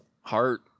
Heart—